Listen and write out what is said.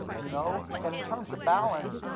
you know and in terms of balance,